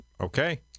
Okay